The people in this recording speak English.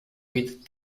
with